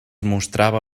mostrava